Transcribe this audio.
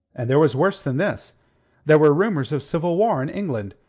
and there was worse than this there were rumours of civil war in england,